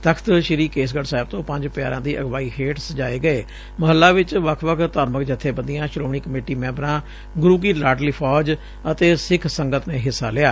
ਤਖ਼ਤ ਸ੍ਰੀ ਕੇਸਗੜ ਸਾਹਿਬ ਤੋ ਪੰਜ ਪਿਆਰਿਆਂ ਦੀ ਅਗੁਵਾਹੀ ਹੇਠ ਸਜਾਏ ਗਏ ਮਹੱਲਾ ਵਿਚ ਵੱਖ ਵੱਖ ਧਾਰਮਿਕ ਜਬੇਬੰਦੀਆਂ ਸ੍ਹੋਮਣੀ ਕਮੇਟੀ ਮੈਂਬਰਾਂ ਗੁਰੁ ਕੀ ਲਾਡਲੀ ਫੌਜਾ ਅਤੇ ਸਿੱਖ ਸੰਗਤ ਨੇ ਹਿੱਸਾ ਲਿਆ